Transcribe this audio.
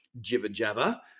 jibber-jabber